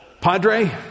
Padre